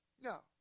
No